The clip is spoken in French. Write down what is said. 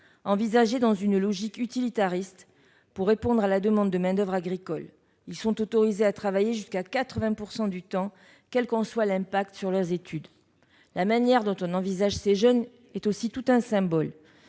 considérés dans une logique utilitariste, pour répondre à la demande de main-d'oeuvre agricole, sont autorisés à travailler jusqu'à 80 % du temps, quel qu'en soit l'impact sur leurs études. La manière dont on envisage le rôle de ces jeunes est tout un symbole.